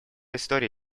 историй